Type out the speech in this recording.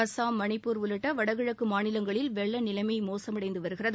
அஸ்ஸாம் மணிப்பூர் உள்ளிட்ட வடகிழக்கு மாநிலங்களில் வெள்ள நிலைமை மோசமடைந்து வருகிறது